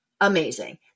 amazing